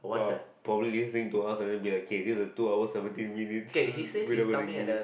prob~ probably listening to us and then be like K this a two hour seventeen minutes we not gonna use